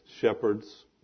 shepherds